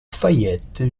fayette